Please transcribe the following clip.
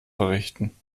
verrichten